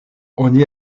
oni